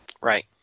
Right